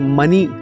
money